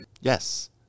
Yes